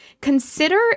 consider